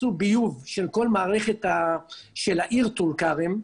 עשו ביוב של כל המערכת של העיר טולכרם,